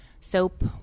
soap